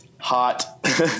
hot